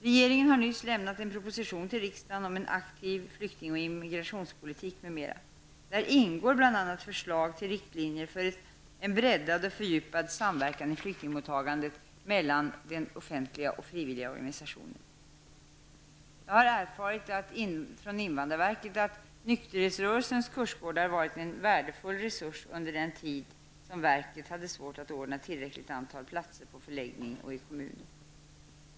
Regeringen har nyss lämnat en proposition till riksdagen om aktiv flykting och immigrationspolitik m.m. Där ingår bl.a. förslag till riktlinjer för en breddad och fördjupad samverkan i flyktingmottagandet mellan det offentliga och frivilliga organisationer. Jag har erfarit från invandrarverket att nykterhetsrörelsens kursgårdar varit en värdefull resurs under den tid verket hade svårt att ordna tillräckligt antal platser på förläggning och i kommuner.